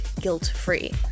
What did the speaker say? guilt-free